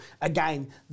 Again